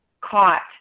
caught